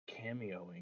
cameoing